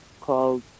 called